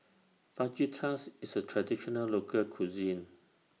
Fajitas IS A Traditional Local Cuisine